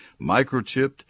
microchipped